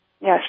Yes